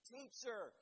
Teacher